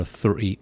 three